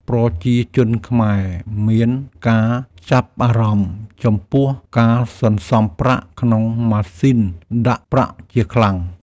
ប្រជាជនខ្មែរ មានការចាប់អារម្មណ៍ចំពោះការសន្សំប្រាក់ក្នុងម៉ាស៊ីនដាក់ប្រាក់ជាខ្លាំង។